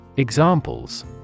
Examples